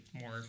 more